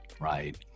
right